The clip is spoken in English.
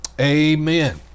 Amen